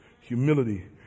humility